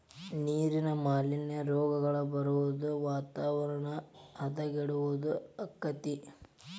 ನೇರಿನ ಮಾಲಿನ್ಯಾ, ರೋಗಗಳ ಬರುದು ವಾತಾವರಣ ಹದಗೆಡುದು ಅಕ್ಕತಿ